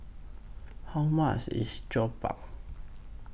How much IS Jokbal